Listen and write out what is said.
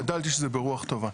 השתדלתי שזה יהיה ברוח טובה.